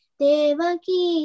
devaki